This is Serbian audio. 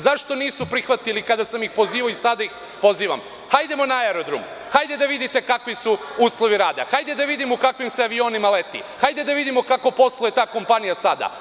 Zašto nisu prihvatili kada sam ih pozivao i sada ih pozivam – hajdemo na aerodrom, hajde da vidite kakvi su uslovi rada, hajde da vidimo u kakvim se avionima leti, hajde da vidimo kako posluje ta kompanija sada?